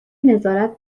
نظارت